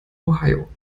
ohio